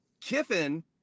Kiffin –